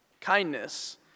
kindness